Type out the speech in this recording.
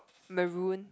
maroon